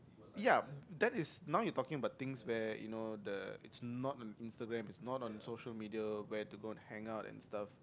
ya that is now you talking about things where you know the it's not on Instagram it's not on social media where to go and hangout and stuff